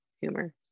humor